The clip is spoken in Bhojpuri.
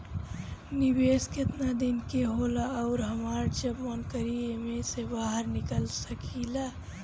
निवेस केतना दिन के होला अउर हमार जब मन करि एमे से बहार निकल सकिला?